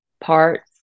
parts